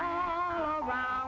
oh wow